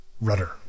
Rudder